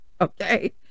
okay